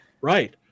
Right